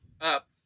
up